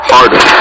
Harder